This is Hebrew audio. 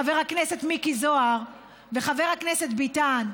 חבר הכנסת מיקי זוהר וחבר הכנסת ביטן,